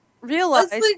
Realize